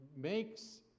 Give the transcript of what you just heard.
makes